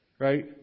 right